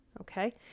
okay